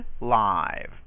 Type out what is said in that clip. live